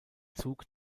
zug